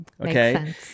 Okay